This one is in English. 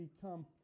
become